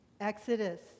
Exodus